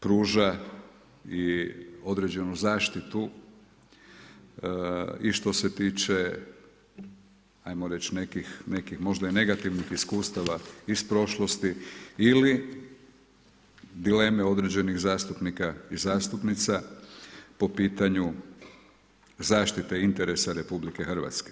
pruža i određenu zaštitu i što se tiče hajmo reći nekih možda i negativnih iskustava iz prošlosti, ili dileme određenih zastupnika i zastupnica po pitanju zaštite interesa Republike Hrvatske.